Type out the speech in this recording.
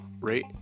rate